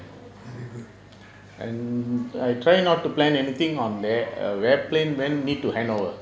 very good